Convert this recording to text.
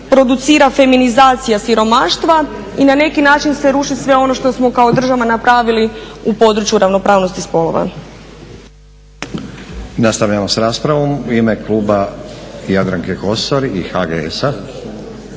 producira feminizacija siromaštva i na neki način se ruši sve ono što smo kao država napravili u području ravnopravnosti spolova.